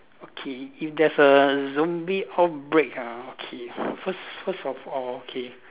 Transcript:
okay if there's a zombie outbreak ah okay first first of all okay